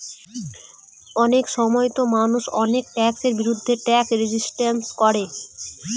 অনেক সময়তো মানুষ অনেক ট্যাক্সের বিরুদ্ধে ট্যাক্স রেজিস্ট্যান্স করে